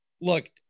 Look